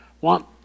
want